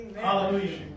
Hallelujah